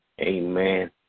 Amen